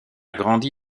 grandi